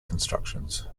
constructions